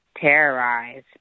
terrorize